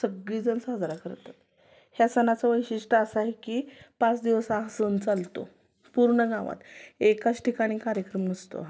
सगळीजणं साजरा करतात ह्या सणाचं वैशिष्ट्य असं आहे की पाच दिवस हा सण चालतो पूर्ण गावात एकाच ठिकाणी कार्यक्रम नसतो हा